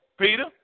Peter